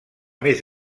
més